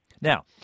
Now